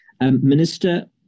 Minister